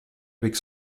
avec